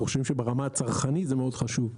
חושבים שברמה הצרכנית זה מאוד חשוב.